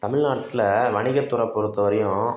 தமில்நாட்டில் வணிகத்துறை பொறுத்த வரையும்